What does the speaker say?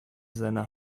seiner